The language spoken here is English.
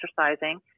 exercising